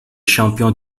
champion